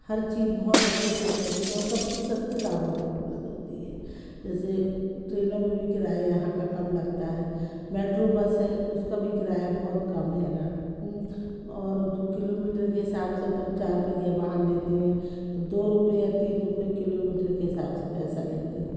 हर चीज़ बहुत अच्छे से उपलब्ध है और सब से सस्ते दामों पर उपलब्ध होती है जैसे ट्रेनों में भी किराया यहाँ का कम लगता है मेट्रो बस है उसका भी किराया बहुत कम हैगा और जो किलोमीटर के हिसाब से अपन चार पहिया वाहन लेते हैं तो दो रूपये या तीन रूपये किलोमीटर के हिसाब से पैसा लेते हैं